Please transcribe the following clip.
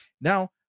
Now